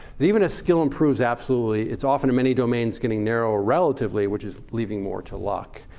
that even as skill improves absolutely, it's often in many domains getting narrower relatively, which is leaving more to luck.